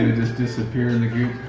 just disappear in the goop.